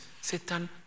Satan